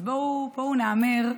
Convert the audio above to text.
בואו נהמר,